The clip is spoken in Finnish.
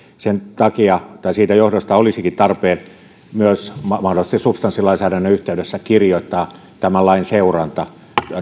sen johdosta olisikin mahdollisesti myös tarpeen substanssilainsäädännön yhteydessä kirjoittaa tämän lain seuranta